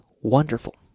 Wonderful